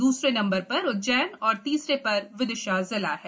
दूसरे नंबर पर उज्जैन और तीसरे पर विदिशा जिला है